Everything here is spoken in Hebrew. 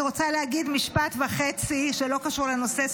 אני רוצה להגיד משפט וחצי שלא קשור לנושא,